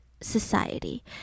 society